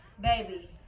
baby